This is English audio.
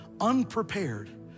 unprepared